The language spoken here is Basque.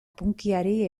punkyari